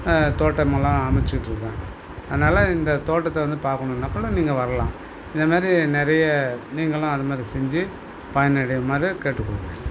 தோட்டமெல்லாம் அமைச்சிட்ருக்கேன் அதனால் இந்த தோட்டத்தை வந்து பார்க்கணுன்னா கூட நீங்கள் வரலாம் இதமாதிரி நிறைய நீங்களும் அத மாரி செஞ்சு பயனடையுமாறு கேட்டுக்கொள்கிறேன்